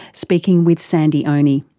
speaking with sandy onie.